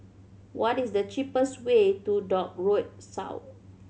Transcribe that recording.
what is the cheapest way to Dock Road